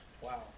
Wow